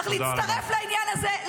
צריך להצטרף לעניין הזה,